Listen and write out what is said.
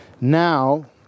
now